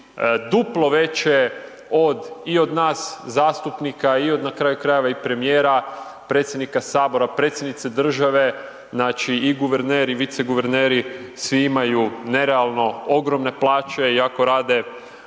duplo veće i od nas zastupnika i od nakraju krajeva i premijera, predsjednika Sabora, predsjednice države, znači i guverneri i vice guverneri, svi imaju nerealno ogromne plaće, iako rade